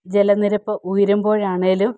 ജലനിരപ്പ് ഉയരുമ്പോഴാണേലും